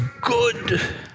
good